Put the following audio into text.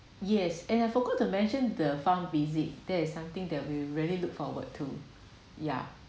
yes and I forgot to mention the farm visit there is something that we really look forward to ya